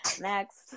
next